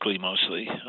mostly